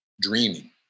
dreaming